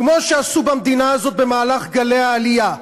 כמו שעשו במדינה הזאת כשהיו גלי העלייה,